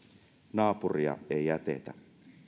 naapuria ei jätetä